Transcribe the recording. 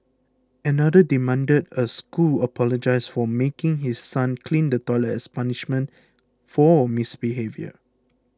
another demanded a school apologise for making his son clean the toilet as punishment for misbehaviour